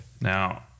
Now